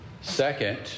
Second